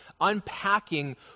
unpacking